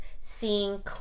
seeing